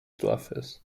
dorfes